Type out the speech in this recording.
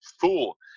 fool